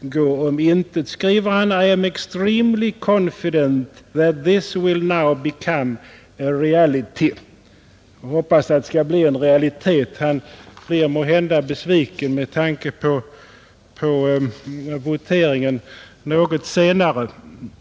gå om intet, skriver han: ”I am extremely confident ——— that this will now become a reality ———.” Han hoppas alltså att det skall bli en realitet, men han blir måhända besviken över voteringen här något senare.